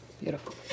Beautiful